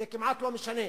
זה כמעט לא משנה,